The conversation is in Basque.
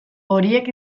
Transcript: horiek